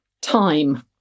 time